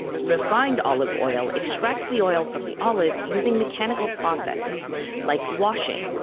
refined olive oil extracts the oil from the olive using mechanical processes like washing,